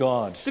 God